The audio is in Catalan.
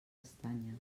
castanyes